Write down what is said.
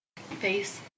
face